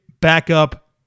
backup